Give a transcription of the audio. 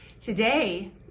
Today